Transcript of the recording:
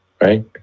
right